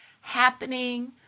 happening